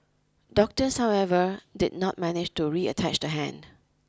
doctors however did not manage to reattach the hand